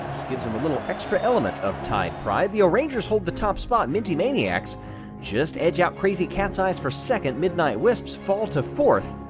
gives them a little extra element of tide pride. the o'rangers hold the top spot. minty maniacs just edge out crazy cat's eyes for second. midnight wisps fall to fourth.